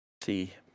see